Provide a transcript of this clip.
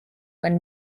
when